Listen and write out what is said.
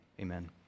amen